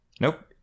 Nope